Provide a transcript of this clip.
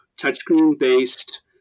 touchscreen-based